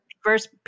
first